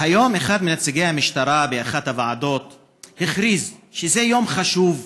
היום אחד מנציגי המשטרה באחת הוועדות הכריז שזה יום חשוב,